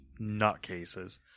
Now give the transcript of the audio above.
nutcases